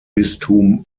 bistum